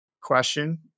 question